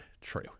true